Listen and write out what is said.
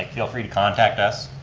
ah feel free to contact us,